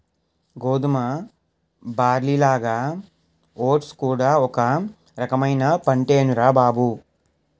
గోధుమ, బార్లీలాగా ఓట్స్ కూడా ఒక రకమైన పంటేనురా బాబూ